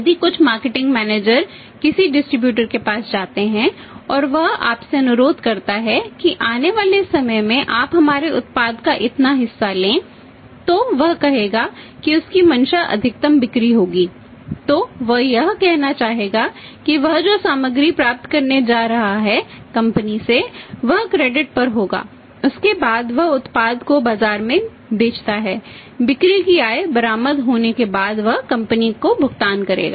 यदि कुछ मार्केटिंग पर होगा उसके बाद वह उत्पाद को बाजार में बेचता है बिक्री की आय बरामद होने के बाद वह कंपनी को भुगतान करेगा